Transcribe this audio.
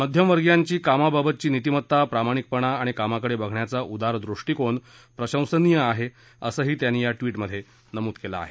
मध्यमवर्गीयांची कामाबाबतची नीतिमत्ता प्रामाणिकपणा आणि कामाकडे बघण्याचा उदार दृष्टिकोन प्रशंसनीय आहे असंही त्यांनी या ट्विटमध्ये नमूद केलं आहे